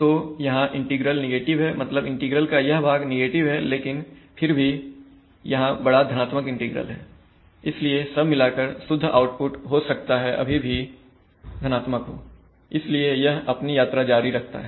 तो यहां integral negative है मतलब इंटीग्रल का यह भाग निगेटिव है लेकिन फिर भी यहां बढ़ा धनात्मक इंटीग्रल है इसलिए सब मिलाकर शुद्ध आउटपुट हो सकता है अभी भी धनात्मक हो इसलिए यह अपनी यात्रा जारी रखता है